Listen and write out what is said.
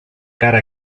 cara